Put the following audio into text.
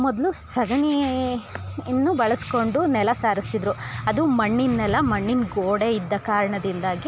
ಮೊದಲು ಸಗಣಿಯನ್ನು ಬಳಸ್ಕೊಂಡು ನೆಲ ಸಾರಿಸ್ತಿದ್ರು ಅದು ಮಣ್ಣಿನ ನೆಲ ಮಣ್ಣಿನ ಗೋಡೆ ಇದ್ದ ಕಾರಣದಿಂದಾಗಿ